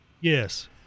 Yes